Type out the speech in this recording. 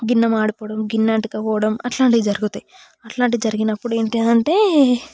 గిన్నె మాడికోవడం గిన్నె అంటుకుపోవడం అలాంటివి జరుగుతాయి అలాంటివి జరిగినప్పుడు ఏంటంటే